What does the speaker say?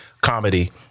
comedy